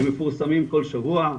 הם מפורסמים כל שבוע,